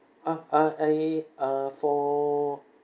uh uh I uh for